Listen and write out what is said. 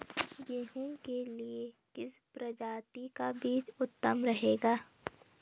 गेहूँ के लिए किस प्रजाति का बीज उत्तम रहेगा?